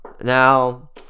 Now